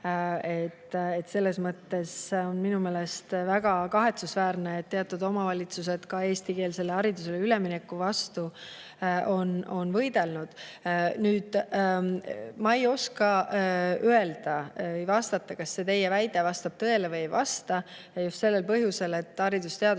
eesti keelt ei räägi? Minu meelest on väga kahetsusväärne, et teatud omavalitsused on eestikeelsele haridusele ülemineku vastu võidelnud. Nüüd, ma ei oska öelda või vastata, kas see teie väide vastab tõele või ei vasta. Just sellel põhjusel, et haridus‑